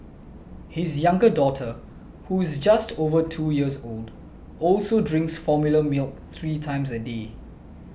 his younger daughter who is just over two years old also drinks formula milk three times a day